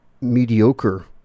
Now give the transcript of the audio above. mediocre